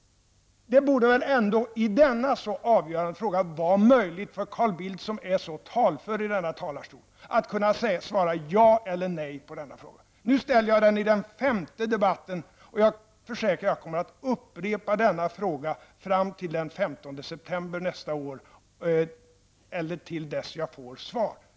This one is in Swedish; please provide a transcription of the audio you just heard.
Det borde väl ändå i denna så avgörande fråga vara möjligt för Carl Bildt, som är så talför i den här talarstolen, att svara ja eller nej på den frågan. Nu ställer jag den i den femte debatten, och jag försäkrar att jag kommer att upprepa denna fråga fram till den 15 september nästa år, eller till dess jag får svar.